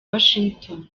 washington